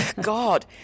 God